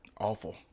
Awful